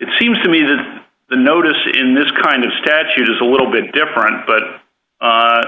it seems to me that the notice in this kind of statute is a little bit different but